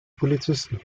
polizisten